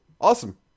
awesome